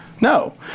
No